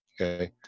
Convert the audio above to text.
okay